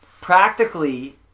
practically